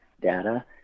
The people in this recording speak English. data